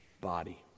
body